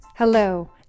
Hello